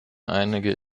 einige